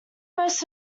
most